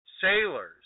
sailors